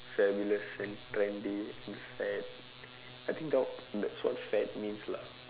fabulous and trendy it's fad I think that that's what fad means lah